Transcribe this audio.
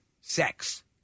sex